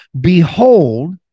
behold